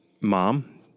mom